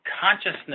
consciousness